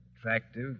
attractive